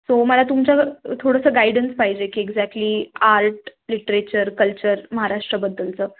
so मला तुमच्या थोडंसं गायडन्स पाहिजे की एक्झॅक्टली आर्ट लिटरेचर कल्चर महाराष्ट्राबद्दलचं